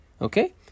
okay